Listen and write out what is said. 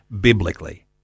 biblically